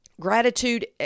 Gratitude